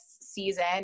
season